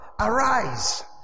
arise